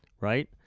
right